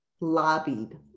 lobbied